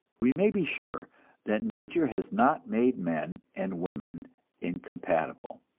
we may be sure that nature has not made men and women incompatible,